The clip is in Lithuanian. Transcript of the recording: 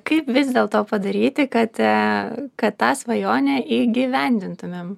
kaip vis dėl to padaryti kad a kad tą svajonę įgyvendintumėm